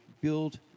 build